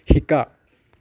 শিকা